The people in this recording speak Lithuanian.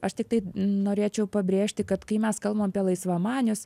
aš tiktai norėčiau pabrėžti kad kai mes kalbam apie laisvamanius